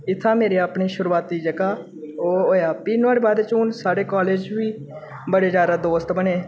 इ'त्थां मेरे अपने शुरूआती जेह्का ओह् होया भी नुहाड़े बाच हून साढ़े कॉलेज़ बी बड़े जादा दोस्त बने